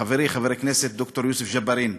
חברי חבר הכנסת ד"ר יוסף ג'בארין,